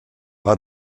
war